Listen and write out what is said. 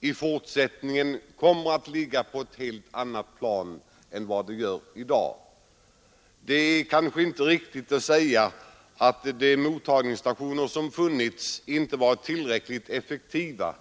i fortsättningen kommer att ligga på ett helt annat plan än vad det gör i dag. Det kanske inte är riktigt att säga att de mottagningsstationer som funnits inte varit tillräckligt effektiva.